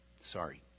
Sorry